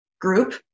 group